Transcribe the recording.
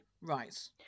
Right